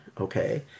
okay